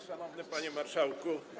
Szanowny Panie Marszałku!